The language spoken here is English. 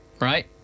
right